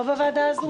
לא בוועדה הזו?